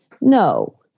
No